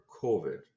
COVID